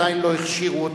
עדיין לא הכשירו אותם.